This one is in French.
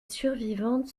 survivantes